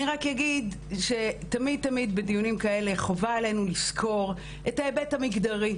אני רק אגיד שתמיד תמיד בדיונים כאלה חובה עלינו לזכור את ההיבט המגדרי,